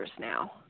now